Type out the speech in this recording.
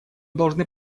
должны